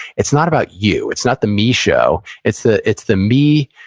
it's not about you, it's not the me show, it's the it's the me,